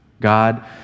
God